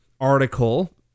article